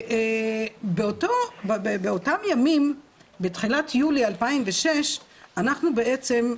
ובאותם ימים בתחילת יולי 2006 אנחנו בעצם,